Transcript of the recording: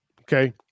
Okay